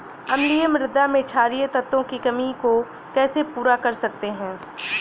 अम्लीय मृदा में क्षारीए तत्वों की कमी को कैसे पूरा कर सकते हैं?